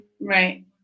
Right